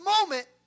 moment